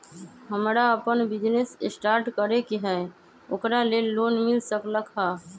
हमरा अपन business start करे के है ओकरा लेल लोन मिल सकलक ह?